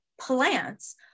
plants